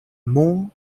more